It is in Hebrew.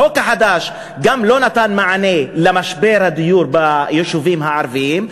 החוק החדש גם לא נתן מענה למשבר הדיור ביישובים הערביים,